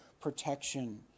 protection